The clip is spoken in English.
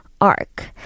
arc